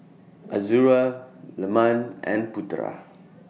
Azura Leman and Putera